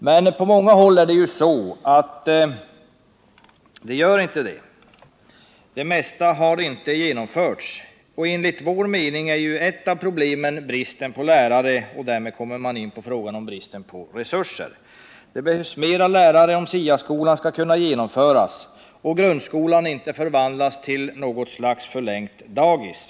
Men på många håll är det ju så att det mesta inte har genomförts. Enligt vår mening är ett av problemen bristen på lärare. Därmed kommer jag in på frågan om bristen på resurser. Det behövs fler lärare, om SIA-skolan skall kunna genomföras och grundskolan inte förvandlas till något slags förlängt dagis.